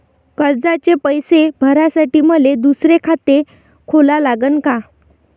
कर्जाचे पैसे भरासाठी मले दुसरे खाते खोला लागन का?